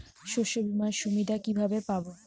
শস্যবিমার সুবিধা কিভাবে পাবো?